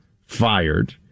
fired